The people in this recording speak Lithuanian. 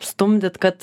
stumdyt kad